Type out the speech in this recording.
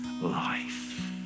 life